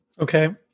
Okay